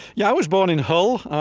yeah. i was born in hull,